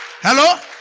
Hello